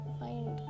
find